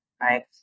right